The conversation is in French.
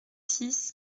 six